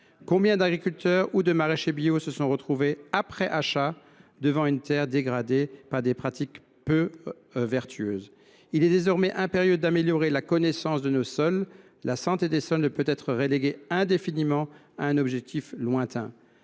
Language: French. Combien d’agriculteurs ou de maraîchers bio se sont retrouvés après achat devant une terre dégradée par des pratiques peu vertueuses ? Il est désormais impérieux d’améliorer la connaissance de nos sols. Leur santé ne peut être considérée indéfiniment comme un objectif lointain.